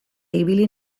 ibili